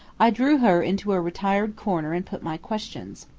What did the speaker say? i drew her into a retired corner and put my questions.